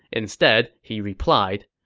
instead, he replied,